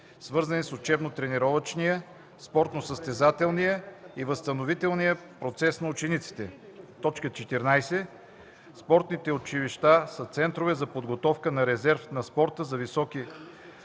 свързани с учебно-тренировъчния, спортно-състезателния и възстановителния процес на учениците. (14) Спортните училища са центрове за подготовка на резерв на спорта за високи постижения,